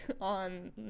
on